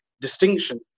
distinction